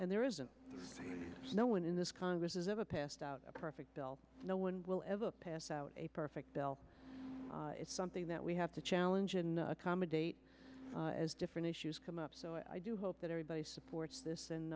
and there isn't no one in this congress has ever passed out a perfect bill no one will ever pass out a perfect bill is something that we have to challenge in accommodate as different issues come up so i do hope that everybody supports this and